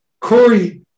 Corey